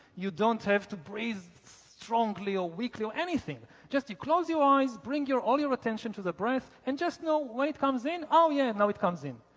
you don't have to breathe strongly or weakly or anything, just you close your eyes, bring your all your attention to the breath and just know when it comes in, oh yeah, and now, it comes in.